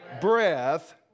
breath